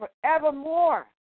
forevermore